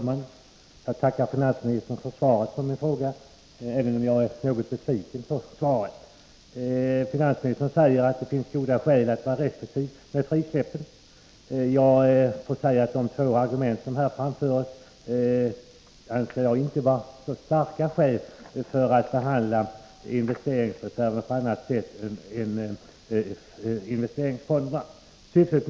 Enligt en tidningsuppgift har Svenska kommunalarbetareförbundet i Järfälla förordat att uppsägningar i samband med inskränkning av arbetsstyrka i första hand riktas till icke fackligt anslutna. Regeringen har beslutat att bevilja statsbidrag till fyra privatskolor i Göteborgs kommun.